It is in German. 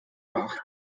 beachten